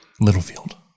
Littlefield